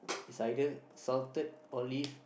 is either salted olive